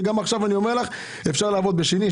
וגם עכשיו אפשר לעשות בשני,